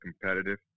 competitive